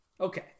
Okay